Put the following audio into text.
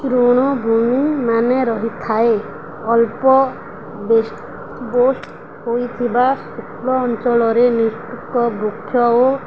ତୃଣଭୂମିମାନେ ରହିଥାଏ ଅଳ୍ପ ହୋଇଥିବା ଶୁଷ୍କ ଅଞ୍ଚଳରେ ବୃକ୍ଷ ଓ